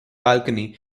balcony